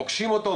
פוגשים אותו,